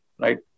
right